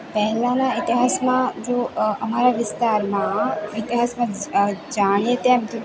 પહેલાના ઇતિહાસમાં જો અમારા વિસ્તારમાં ઇતિહાસમાં જાણીએ ત્યાંથી